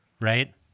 right